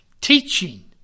teaching